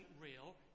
real